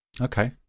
Okay